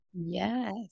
yes